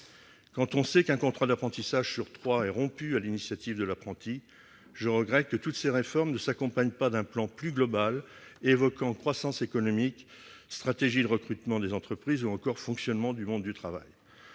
Sachant qu'un contrat d'apprentissage sur trois est rompu sur l'initiative de l'apprenti, je regrette que toutes ces réformes ne s'accompagnent pas d'un plan plus global évoquant croissance économique, stratégies de recrutement des entreprises ou encore fonctionnement du monde du travail.